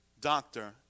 doctor